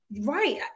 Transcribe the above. Right